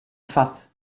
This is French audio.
fat